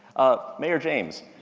ah, mayor james?